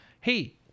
Hey